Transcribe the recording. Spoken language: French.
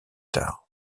tard